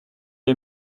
est